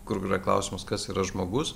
kur yra klausimas kas yra žmogus